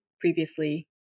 previously